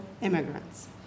immigrants